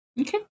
Okay